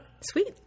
Sweet